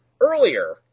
earlier